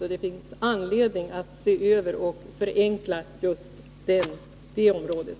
Därför finns det anledning att se över och förenkla just på det området.